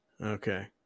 Okay